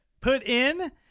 put-in